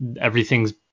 Everything's